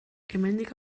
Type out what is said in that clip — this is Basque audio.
hemendik